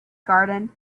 garden